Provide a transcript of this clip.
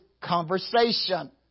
Conversation